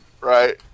Right